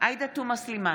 עאידה תומא סלימאן,